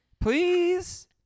Please